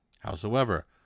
Howsoever